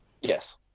Yes